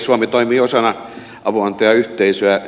suomi toimii osana avunantajayhteisöä